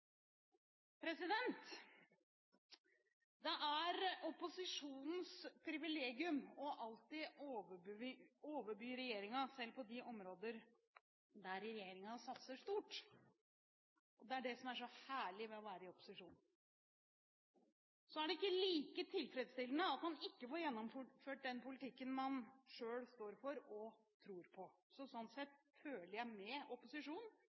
Det er opposisjonens privilegium alltid å overby regjeringen, selv på de områder der regjeringen satser stort. Det er det som er så herlig med å være i opposisjon. Så er det ikke like tilfredsstillende at en ikke får gjennomført den politikken en selv står for og tror på. Så sånn sett føler jeg med opposisjonen